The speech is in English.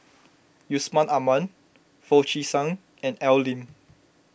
Yusman Aman Foo Chee San and Al Lim